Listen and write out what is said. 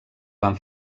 van